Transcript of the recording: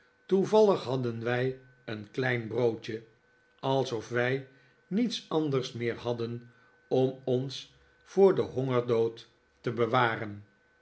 een klein broodje alsof wij niets anders meer hadden om ons voor den hongerdood te bewaren